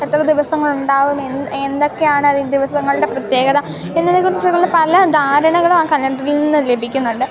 എത്ര ദിവസങ്ങളുണ്ടാകും എന്ന് എന്തൊക്കെയാണ് ദിവസങ്ങളുടെ പ്രത്യേകത എന്നതിനെക്കുറിച്ചുള്ള പല ധാരണകളും ആ കലണ്ടറിൽ നിന്ന് ലഭിക്കുന്നുണ്ട്